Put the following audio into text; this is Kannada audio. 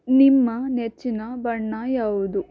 ನಿಮ್ಮ ನೆಚ್ಚಿನ ಬಣ್ಣ ಯಾವುದು